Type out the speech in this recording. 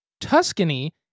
Tuscany